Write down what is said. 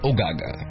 Ogaga